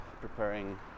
preparing